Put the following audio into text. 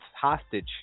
hostage